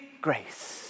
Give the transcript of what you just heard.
Grace